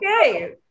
okay